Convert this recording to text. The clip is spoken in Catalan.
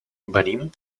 venim